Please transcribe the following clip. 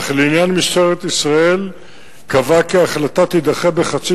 אך לעניין משטרת ישראל קבעה כי ההחלטה תידחה בחצי